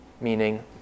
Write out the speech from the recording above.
Meaning